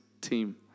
team